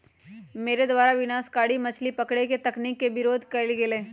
मेरे द्वारा विनाशकारी मछली पकड़े के तकनीक के विरोध कइल गेलय